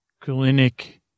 clinic